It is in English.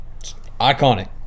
Iconic